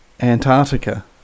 Antarctica